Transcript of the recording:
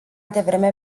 devreme